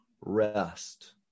rest